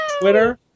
twitter